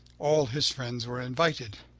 all his friends were invited.